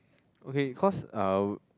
okay cause uh